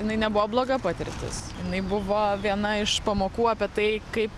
jinai nebuvo bloga patirtis jinai buvo viena iš pamokų apie tai kaip